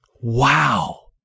Wow